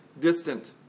distant